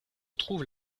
trouve